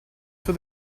for